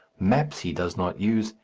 maps he does not use,